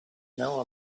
know